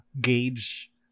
gauge